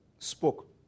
Spoke